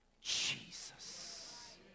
Jesus